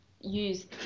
use